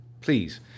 please